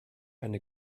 eine